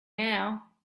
now